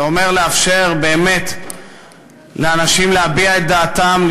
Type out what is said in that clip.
זה אומר לאפשר באמת לאנשים להביע את דעתם,